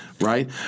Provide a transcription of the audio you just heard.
right